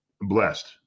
blessed